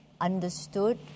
understood